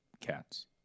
Cats